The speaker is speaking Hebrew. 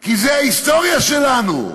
כי זו ההיסטוריה שלנו,